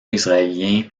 israélien